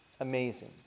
Amazing